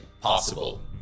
possible